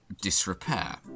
disrepair